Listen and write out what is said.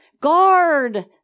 Guard